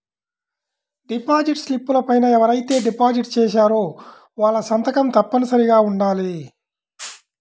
deposit స్లిపుల పైన ఎవరైతే డిపాజిట్ చేశారో వాళ్ళ సంతకం తప్పనిసరిగా ఉండాలి